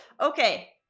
Okay